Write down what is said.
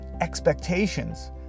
expectations